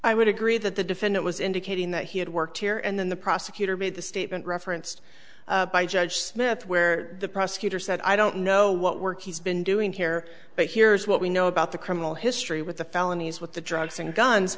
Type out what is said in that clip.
i would agree that the defendant was indicating that he had worked here and then the prosecutor made the statement referenced by judge smith where the prosecutor said i don't know what work he's been doing here but here's what we know about the criminal history with the felonies with the drugs and guns